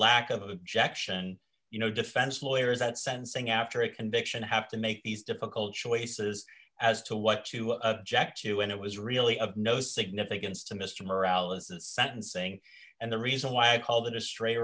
lack of objection you know defense lawyers at sentencing after a conviction have to make these difficult choices as to what to check to and it was really of no significance to mr morale is that sentencing and the reason why i called it a stray